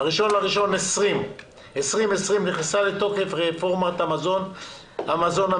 ב-1 בינואר 2020 נכנסה לתוקף רפורמת המזון המזיק